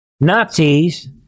Nazis